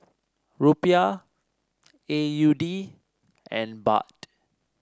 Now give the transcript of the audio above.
Rupiah A U D and Baht